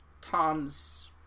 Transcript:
Tom's